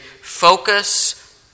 focus